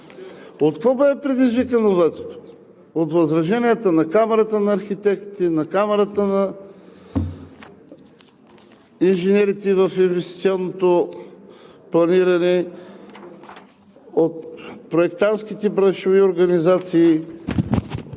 какво беше предизвикано ветото? От възраженията на Камарата на архитектите, на Камарата на инженерите в инвестиционното планиране, от проектантските браншови организации,